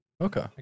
Okay